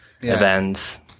events